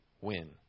win